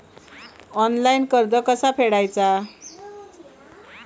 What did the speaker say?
Online कर्ज कसा फेडायचा?